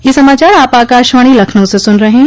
ब्रे क यह समाचार आप आकाशवाणी लखनऊ से सून रहे हैं